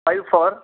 five four